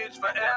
forever